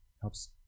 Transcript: helps